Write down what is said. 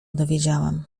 dowiedziałam